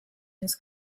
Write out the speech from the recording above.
his